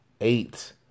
eight